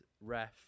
ref